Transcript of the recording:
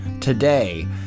Today